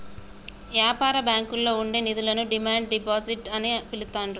యాపార బ్యాంకుల్లో ఉండే నిధులను డిమాండ్ డిపాజిట్ అని పిలుత్తాండ్రు